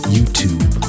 YouTube